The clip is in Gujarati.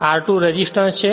r2 રેસિસ્ટન્સ છે